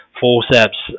forceps